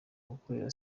gukorera